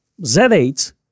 Z8